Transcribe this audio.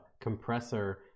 compressor